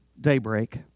daybreak